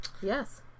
yes